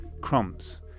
crumbs